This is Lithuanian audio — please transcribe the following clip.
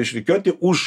išrykiuoti už